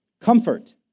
Comfort